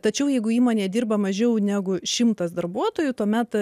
tačiau jeigu įmonėje dirba mažiau negu šimtas darbuotojų tuomet